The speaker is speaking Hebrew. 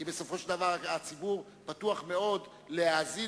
כי בסופו של דבר הציבור פתוח מאוד להאזין